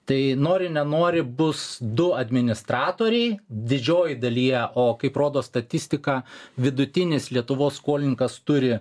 tai nori nenori bus du administratoriai didžiojoj dalyje o kaip rodo statistika vidutinis lietuvos skolininkas turi